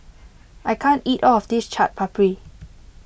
I can't eat all of this Chaat Papri